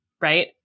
right